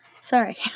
Sorry